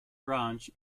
branch